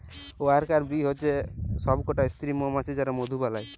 worker bee হচ্যে সব কটা স্ত্রী মমাছি যারা মধু বালায়